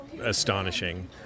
astonishing